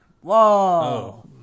Whoa